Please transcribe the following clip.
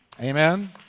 Amen